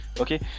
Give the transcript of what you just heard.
Okay